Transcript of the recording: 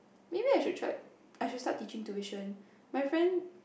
maybe I should try I should start teaching tuition my friend